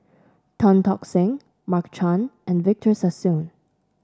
Tan Tock Seng Mark Chan and Victor Sassoon